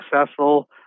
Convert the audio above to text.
successful